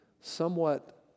somewhat